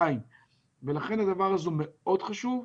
לכן הדבר הזה מאוד חשוב.